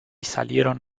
salieron